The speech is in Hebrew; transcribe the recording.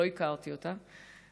לא הכרתי אותה,